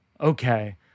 Okay